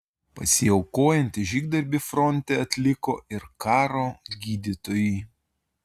pasiaukojantį žygdarbį fronte atliko ir karo gydytojai